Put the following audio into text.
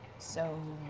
so.